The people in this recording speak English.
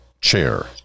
chair